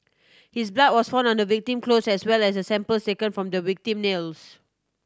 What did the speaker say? his blood was found on the victim clothes as well as on samples taken from the victim nails